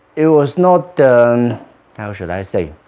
it was not how should i say?